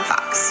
Fox